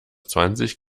zwanzig